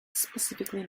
specifically